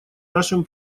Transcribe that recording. нашем